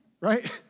Right